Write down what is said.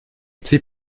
sie